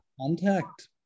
contact